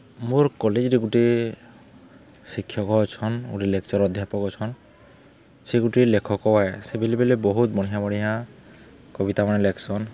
ମୋର୍ କଲେଜ୍ରେ ଗୁଟେ ଶିକ୍ଷକ ଅଛନ୍ ଗୁଟେ ଲେକ୍ଚର୍ ଅଧ୍ୟାପକ ଅଛନ୍ ସେ ଗୁଟେ ଲେଖକ ଏ ସେ ବେଲେ ବେଲେ ବହୁତ ବଢ଼ିଆ ବଢ଼ିଆ କବିତାମାନେ ଲେଖ୍ସନ୍